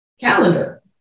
calendar